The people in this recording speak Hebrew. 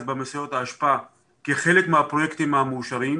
במשאיות האשפה כחלק מהפרויקטים המאושרים.